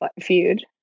feud